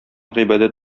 гыйбадәт